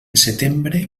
setembre